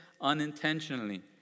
unintentionally